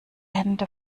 hände